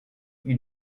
ils